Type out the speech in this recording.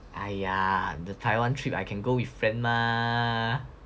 !aiya! the Taiwan trip I can go with friend mah